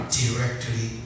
directly